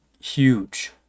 huge